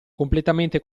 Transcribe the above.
completamente